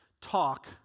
Talk